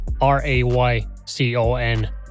r-a-y-c-o-n